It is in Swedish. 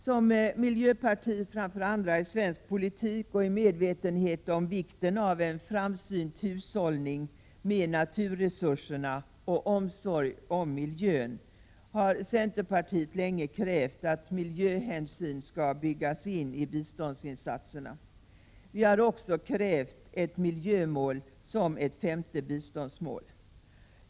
Som miljöpartiet framför andra i svensk politik och i medvetenhet om vikten av en framsynt hushållning med naturresurserna och omsorg om miljön, har centerpartiet länge krävt att miljöhänsyn skall byggas in i biståndsinsatserna. Vi har också krävt ett miljömål som ett femte biståndsmål.